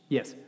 Yes